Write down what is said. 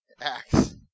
Acts